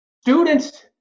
Students